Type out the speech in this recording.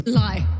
lie